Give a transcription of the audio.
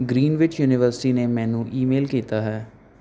Greenwich university ਨੇ ਮੈਨੂੰ email ਕੀਤਾ ਹੈ